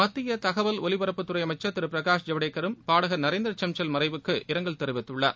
மத்திய தகவல் ஒலிபரப்புத்துறை அமைச்சர் திரு பிரகாஷ் ஜவடேகரும் பாடகர் நரேந்திர சன்சல் மறைவுக்கு இரங்கல் தெரிவித்துள்ளார்